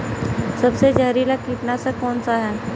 सबसे जहरीला कीटनाशक कौन सा है?